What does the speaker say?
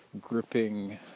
gripping